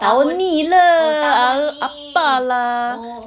tahun ni lah ugh apa lah